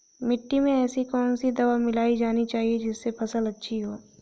मिट्टी में ऐसी कौन सी दवा मिलाई जानी चाहिए जिससे फसल अच्छी हो?